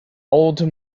old